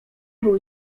bój